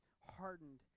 hardened